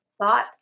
thought